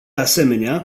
asemenea